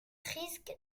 risque